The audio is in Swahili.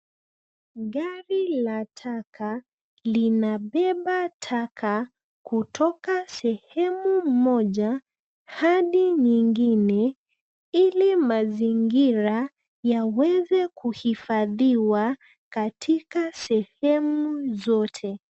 Gari la taka, linabeba taka ,kutoka sehemu moja ,hadi nyingine, ili mazingira, yaweze kuhifadhiwa, katika sehemu zote.